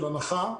של הנחה,